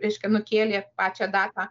reiškia nukėlė pačią datą